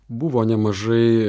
buvo nemažai